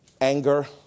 anger